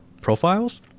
profiles